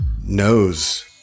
knows